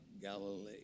Galilee